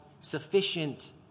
sufficient